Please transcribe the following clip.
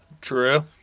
True